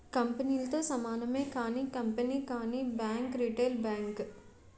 కంపెనీలతో సమానమే కానీ కంపెనీ కానీ బ్యాంక్ రిటైల్ బ్యాంక్